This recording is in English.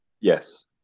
Yes